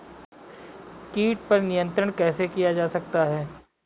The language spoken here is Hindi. कीट पर नियंत्रण कैसे किया जा सकता है?